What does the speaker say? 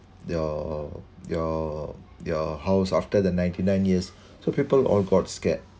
your your your house after the ninety nine years so people all got scared